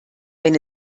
wenn